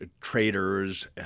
traders